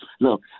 look